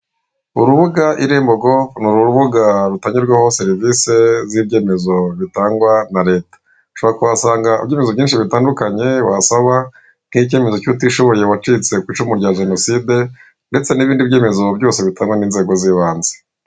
Urubuga irembo govu ni urubuga rutangirwaho serivise z'ibyemezo bitanga na leta, ushobora kuhasanga ibyemezo byinshi bitandukanye wasaba nk'icyemezo cy'utishoboye wacitse ku icumu rya jenoside ndetse n'ibindi byemezo byose bitanga n'inzego z'ibanze.